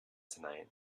tonight